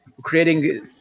Creating